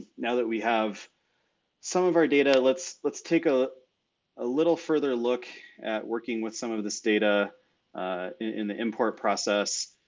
now that we have some of our data, let's let's take a ah little further look at working with some of this data in the import process.